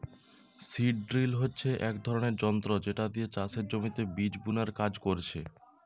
seed drill হচ্ছে এক ধরণের যন্ত্র যেটা দিয়ে চাষের জমিতে বীজ বুনার কাজ করছে